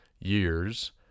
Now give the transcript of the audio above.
years